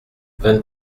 vingt